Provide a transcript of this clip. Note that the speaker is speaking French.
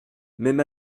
même